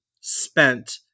spent